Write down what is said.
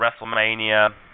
WrestleMania